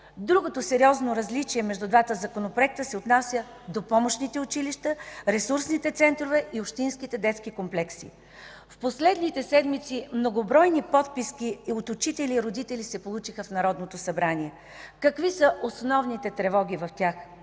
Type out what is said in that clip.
Другото сериозно различие между двата законопроекта се отнася до помощните училища, ресурсните центрове и общинските детски комплекси. През последните седмици многобройни подписки от учители и родители се получиха в Народното събрание. Какви са основните тревоги в тях?